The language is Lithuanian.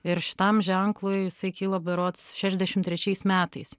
ir šitam ženklui jisai kilo berods šešiasdešimt trečiais metais